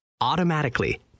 Automatically